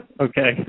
Okay